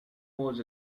was